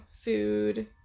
food